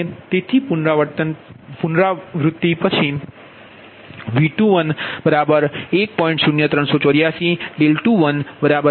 તેથી પ્રથમ પુનરાવૃત્તિ પછી V21 1